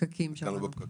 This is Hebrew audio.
נתקענו בפקקים.